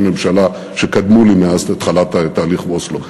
ממשלה שקדמו לי מאז התחלת תהליך אוסלו.